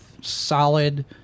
solid